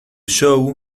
show